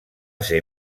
ser